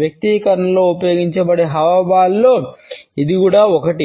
వ్యక్తీకరణలుగా ఉపయోగించబడే హావభావాలలో ఇది కూడా ఒకటి